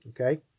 okay